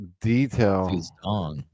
detail